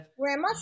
Grandma